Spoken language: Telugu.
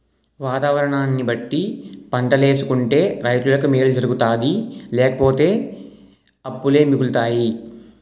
వాతావరణాన్ని బట్టి పంటలేసుకుంటే రైతులకి మేలు జరుగుతాది లేపోతే అప్పులే మిగులుతాయి